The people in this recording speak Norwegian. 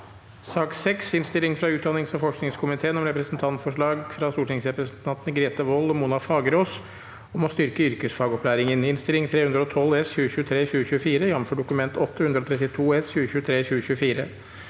Innstilling fra utdannings- og forskningskomiteen om Representantforslag fra stortingsrepresentantene Grete Wold og Mona Fagerås om å styrke yrkesfagopp- læringen (Innst. 312 S (2023–2024), jf. Dokument 8:132 S (2023–2024))